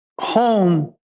home